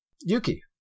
Yuki